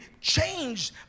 changed